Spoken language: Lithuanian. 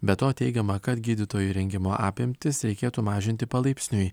be to teigiama kad gydytojų rengimo apimtis reikėtų mažinti palaipsniui